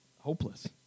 hopeless